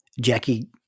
Jackie